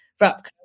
wrap